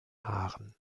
haaren